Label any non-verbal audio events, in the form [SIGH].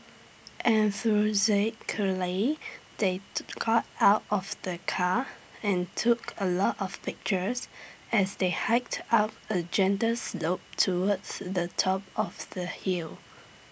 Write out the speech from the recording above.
[UNINTELLIGIBLE] they [NOISE] got out of the car and took A lot of pictures as they hiked up A gentle slope towards the top of the hill